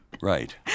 Right